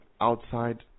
outside